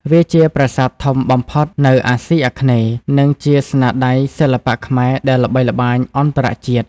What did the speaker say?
វាជាប្រាសាទធំបំផុតនៅអាស៊ីអាគ្នេយ៍ និងជាស្នាដៃសិល្បៈខ្មែរដែលល្បីល្បាញអន្តរជាតិ។